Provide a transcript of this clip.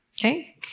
okay